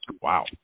Wow